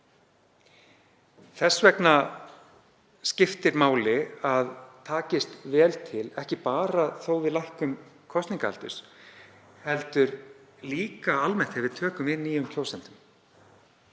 Þess vegna skiptir máli að takist vel til, ekki bara þó að við lækkum kosningaaldur, heldur líka almennt þegar við tökum við nýjum kjósendum.